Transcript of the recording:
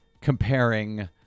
comparing